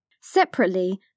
Separately